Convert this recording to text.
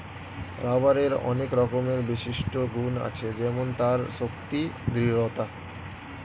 রাবারের অনেক রকমের বিশিষ্ট গুন্ আছে যেমন তার শক্তি, দৃঢ়তা